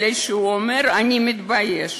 כי הוא אומר: אני מתבייש.